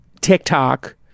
TikTok